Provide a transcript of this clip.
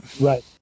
Right